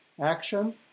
action